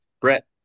Brett